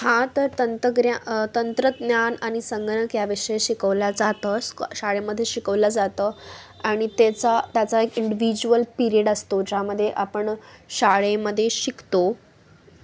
हा तर तंतग्र्या तंत्रज्ञान आणि संगणक या विषय शिकवले जातं स् शाळेमध्ये शिकवलं जातं आणि त्याचा त्याचा एक इंडिविज्युअल पिरियड असतो ज्यामध्ये आपण शाळेमध्ये शिकतो